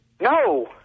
No